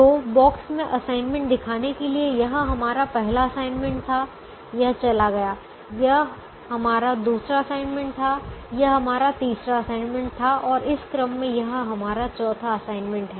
तो बॉक्स में असाइनमेंट दिखाने के लिए हैं यह हमारा पहला असाइनमेंट था यह चला गया यह हमारा दूसरा असाइनमेंट था यह हमारा तीसरा असाइनमेंट था और इस क्रम में यह हमारा चौथा असाइनमेंट है